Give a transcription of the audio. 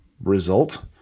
result